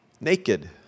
naked